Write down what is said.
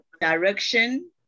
Direction